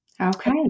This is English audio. Okay